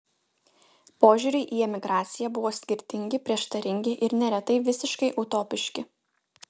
požiūriai į emigraciją buvo skirtingi prieštaringi ir neretai visiškai utopiški